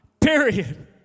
period